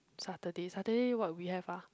Saturday Saturday what we have ah